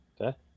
Okay